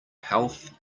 health